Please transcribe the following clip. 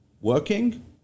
working